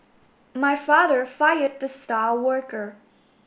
my father fired the star worker